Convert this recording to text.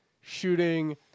shooting